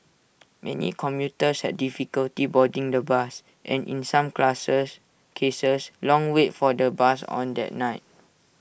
many commuters had difficulty boarding the bus and in some classes cases long wait for the bus on that night